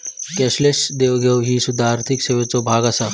cashless देवघेव ही सुध्दा आर्थिक सेवेचो भाग आसा